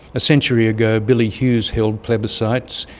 a century ago billy hughes held plebiscites,